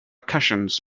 cushions